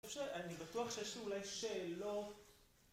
אני בטוח שיש אולי שאלות...